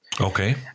Okay